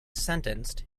sentenced